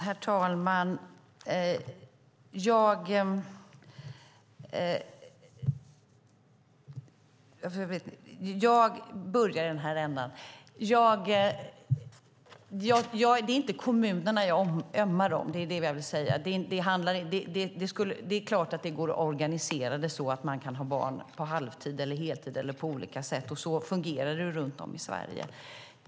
Herr talman! Jag börjar i den här ändan: Det är inte kommunerna jag ömmar för. Det är klart att det går att organisera det så att man har barn på halvtid eller deltid. Så fungerar det också runt om i Sverige.